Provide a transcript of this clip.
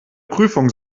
prüfung